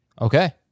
Okay